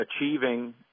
achieving